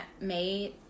made